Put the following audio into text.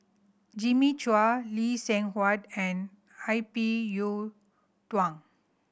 Jimmy Chua Lee Seng Huat and I P Yiu Tung